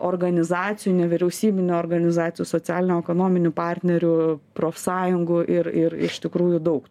organizacijų nevyriausybinių organizacijų socialinių ekonominių partnerių profsąjungų ir ir iš tikrųjų daug